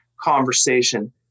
conversation